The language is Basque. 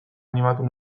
animatu